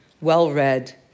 well-read